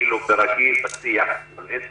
כאילו ברגיל, אבל אין סמכויות,